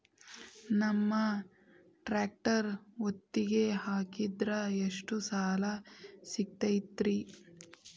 ನಮ್ಮ ಟ್ರ್ಯಾಕ್ಟರ್ ಒತ್ತಿಗೆ ಹಾಕಿದ್ರ ಎಷ್ಟ ಸಾಲ ಸಿಗತೈತ್ರಿ?